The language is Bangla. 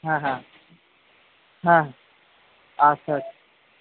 হ্যাঁ হ্যাঁ হ্যাঁ আচ্ছা